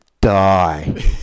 die